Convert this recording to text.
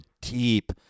deep